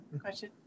Question